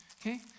Okay